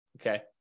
Okay